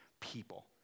people